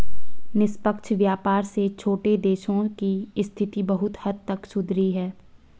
निष्पक्ष व्यापार से छोटे देशों की स्थिति बहुत हद तक सुधरी है